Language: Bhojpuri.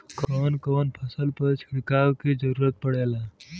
कवन कवन फसल पर छिड़काव के जरूरत पड़ेला?